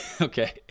okay